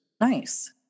Nice